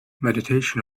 meditation